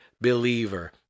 believer